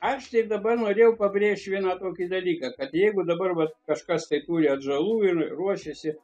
aš tai dabar norėjau pabrėžti vieną tokį dalyką kad jeigu dabar vat kažkas tai turi atžalų ir ruošiasi